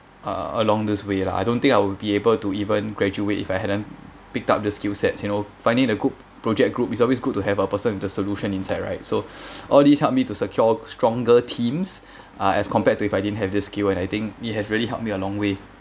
uh along this way lah I don't think I would be able to even graduate if I hadn't pick up the skill sets you know finding the group project group is always good to have a person with the solution inside right so all these helped me to secure stronger teams uh as compared to if I didn't have the skill and I think it has really helped me along way